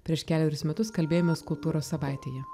prieš kelerius metus kalbėjomės kultūros savaitėje